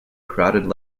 crowded